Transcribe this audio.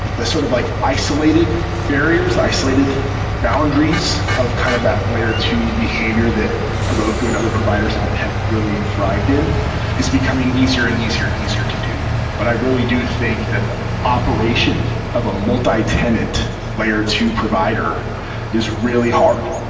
the sort of like isolated barriers, isolated boundaries of kind of that layer two behavior that heroku and other providers but have really thrived in is becoming easier and easier easier and easier to do. but i really do think that the operation of a multi-tenant layer two provider is really hard,